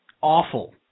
Awful